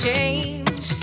Change